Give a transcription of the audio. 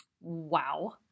Wow